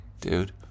dude